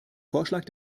vorschlag